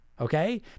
Okay